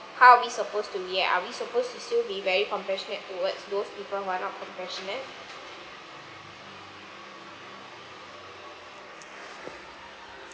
how are we supposed to react are we supposed to still be very compassionate towards those people who are not compassionate